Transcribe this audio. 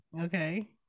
Okay